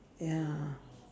ya